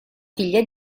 figlia